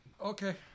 Okay